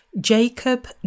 Jacob